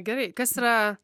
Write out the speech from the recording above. gerai kas yra